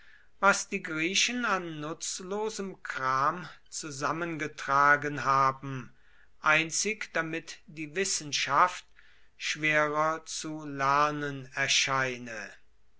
was die griechen an nutzlosem kram zusammengetragen haben einzig damit die wissenschaft schwerer zu lernen erscheine